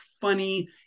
funny